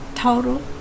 total